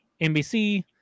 NBC